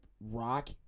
rock